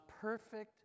perfect